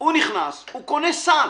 הוא נכנס, הוא קונה סל.